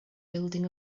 building